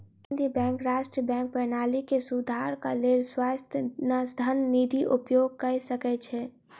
केंद्रीय बैंक राष्ट्रीय बैंक प्रणाली के सुधारक लेल स्वायत्त धन निधि के उपयोग कय सकै छै